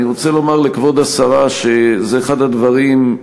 אני רוצה לומר לכבוד השרה שזה אחד הדברים,